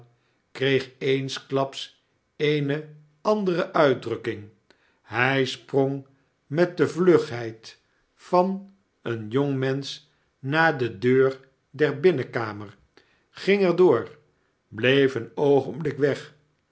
kreeg eensklaps eene andere uitdrukking hy sprong met de vluheid van een jongmensch naar de deur der binnenkamer ging er door bleef een oogenblik weg